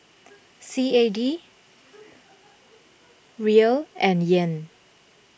C A D Riel and Yen